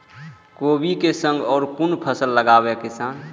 कोबी कै संग और कुन फसल लगावे किसान?